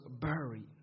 buried